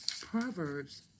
proverbs